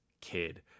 kid